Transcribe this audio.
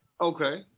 Okay